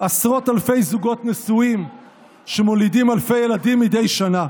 עשרות אלפי זוגות נשואים שמולידים אלפי ילדים מדי שנה.